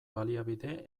baliabide